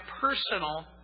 personal